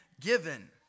given